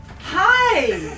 Hi